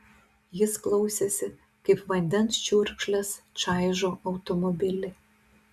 jis klausėsi kaip vandens čiurkšlės čaižo automobilį